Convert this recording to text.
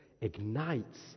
ignites